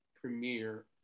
premiere